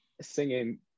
singing